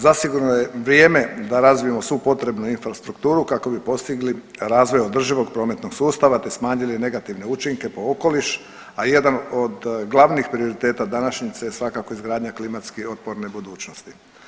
Zasigurno je vrijeme da razvijemo svu potrebnu infrastrukturu kako bi postigli razvoj održivog prometnog sustava, te smanjili negativne učinke po okoliš, a jedan od glavnih prioriteta današnjice je svakako izgradnja klimatski otporne budućnosti.